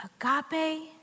agape